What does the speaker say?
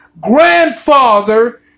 grandfather